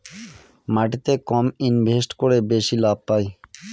মাটিতে কম ইনভেস্ট করে বেশি লাভ পাই